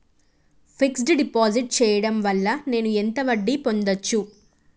Fix డ్ deposit చేయటం వల్ల నేను ఎంత వడ్డీ పొందచ్చు?